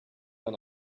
dann